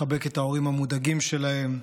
לחבק את ההורים המודאגים שלהם,